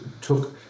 took